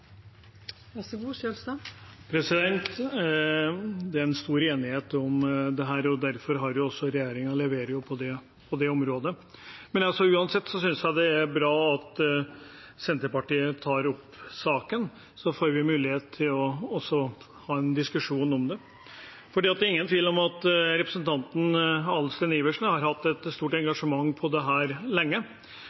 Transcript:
stor enighet om dette, derfor leverer også regjeringen på dette området. Men uansett synes jeg det er bra at Senterpartiet tar opp saken, så får vi også mulighet til å ha en diskusjon om det. Det er ingen tvil om at representanten Adelsten Iversen har hatt et stort engasjement for dette lenge, og det synes jeg er bra, for selv om det er stor enighet her,